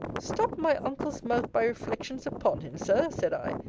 stopped my uncle's mouth, by reflections upon him, sir! said i,